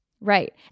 Right